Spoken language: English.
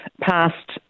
past